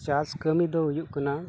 ᱪᱟᱥ ᱠᱟᱹᱢᱤ ᱫᱚ ᱦᱩᱭᱩᱜ ᱠᱟᱱᱟ